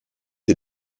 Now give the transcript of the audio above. est